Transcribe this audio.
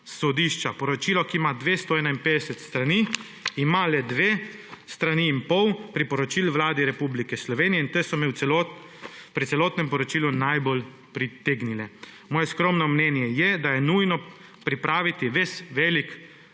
sodišča. Poročilo, ki ima 251 strani ima le dve strani in pol priporočil Vladi Republike Slovenije in te so me pri celotnem poročilu najbolj pritegnile. Moje skromno mnenje je, da je nujno pripraviti ves velik